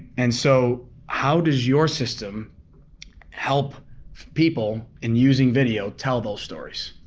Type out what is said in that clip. and so how does your system help people in using video tell those stories?